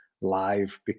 live